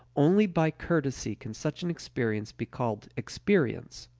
only by courtesy can such an experience be called experience.